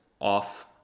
off